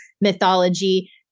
mythology